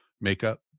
makeup